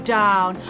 down